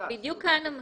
זה כבר היבט טכני.